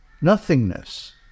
nothingness